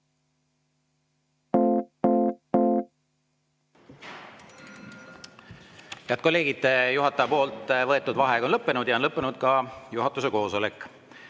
Head kolleegid! Juhataja võetud vaheaeg on lõppenud ja on lõppenud ka juhatuse koosolek.